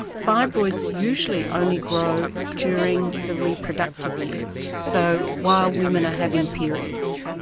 fibroids usually only grow during the reproductive years so while women are having periods.